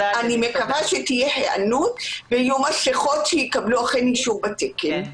אני מקווה שתהיה היענות ויהיו מסכות שאכן יקבלו אישור בתקן.